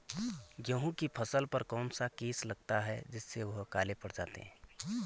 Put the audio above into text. गेहूँ की फसल पर कौन सा केस लगता है जिससे वह काले पड़ जाते हैं?